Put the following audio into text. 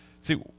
See